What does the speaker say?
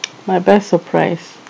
my best surprise